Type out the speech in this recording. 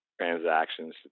transactions